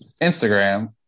Instagram